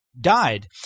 died